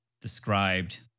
described